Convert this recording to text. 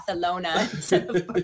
Barcelona